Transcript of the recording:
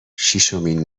شیشمین